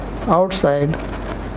outside